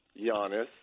Giannis